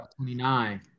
29